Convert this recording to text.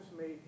made